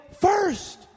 first